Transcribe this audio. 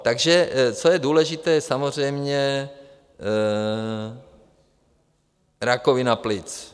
Takže co je důležité, je samozřejmě rakovina plic.